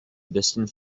distant